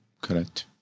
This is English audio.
Correct